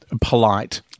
polite